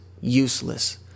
useless